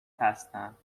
هستم